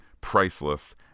priceless